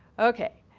okay,